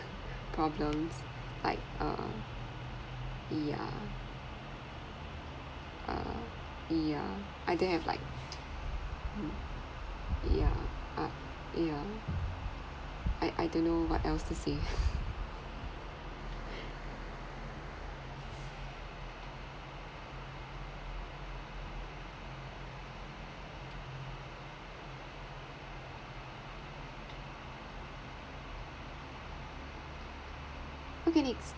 problems like uh yeah uh yeah either have like yeah uh yeah I I don't know what else to say okay next